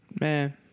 Man